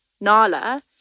Nala